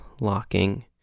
locking